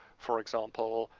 for example,